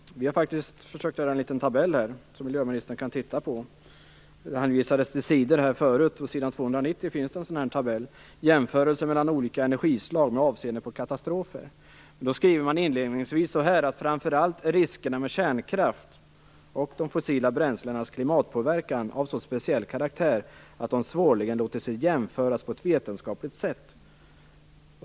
Jag har ett försök till en liten tabell här, som miljöministern kan titta på. Här har hänvisats till sidor förut, och på s. 290 i Energikommissionens slutbetänkande finns en sådan tabell med jämförelse mellan olika energislag med avseende på katastrofer. Inledningsvis skriver man så här: "Framför allt är riskerna med kärnkraft och de fossila bränslenas klimatpåverkan av så speciell karaktär att de svårligen låter sig jämföras på ett vetenskapligt sätt."